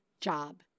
job